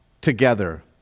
together